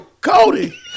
Cody